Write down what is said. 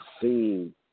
seen